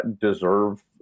deserve